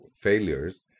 failures